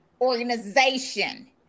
organization